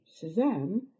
Suzanne